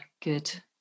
good